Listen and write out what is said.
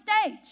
stage